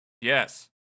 Yes